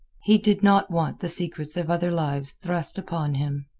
he did not want the secrets of other lives thrust upon him.